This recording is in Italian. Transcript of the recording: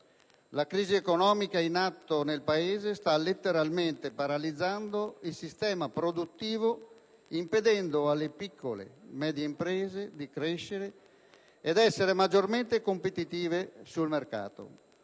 La crisi economica in atto nel Paese sta letteralmente paralizzando il sistema produttivo, impedendo alle piccole e medie imprese di crescere ed essere maggiormente competitive sul mercato.